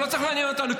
לא צריך לעניין אותנו,